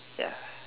ya